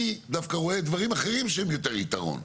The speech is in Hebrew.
אני דווקא רואה דברים אחרים שהם יותר יתרון.